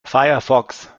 firefox